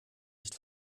nicht